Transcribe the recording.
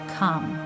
come